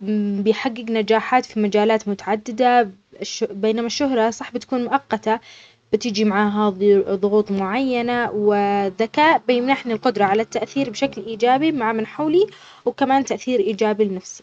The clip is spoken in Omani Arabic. ممم بيحقق نجاحات في مجالات متعددة بش- بينما الشهرة صح بتكون مؤقتة، بتيجي معاها ض -ضغوط معينة، و ذكاء بيمنحني القدرة على التأثير بشكل إيجابي مع من حولي، وكمان تأثير إيجابي لنفسي.